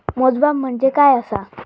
मोजमाप म्हणजे काय असा?